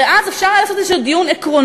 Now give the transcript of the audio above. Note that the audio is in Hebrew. הרי אז אפשר היה לעשות איזה דיון עקרוני,